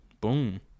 boom